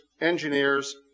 engineers